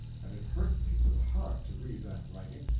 and it hurt me to the heart to read that writing,